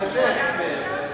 התש"ע 2010,